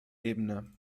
ebene